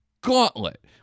gauntlet